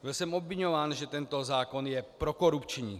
Byl jsem obviňován, že tento zákon je prokorupční.